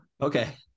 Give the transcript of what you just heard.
Okay